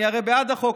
אני הרי בעד החוק,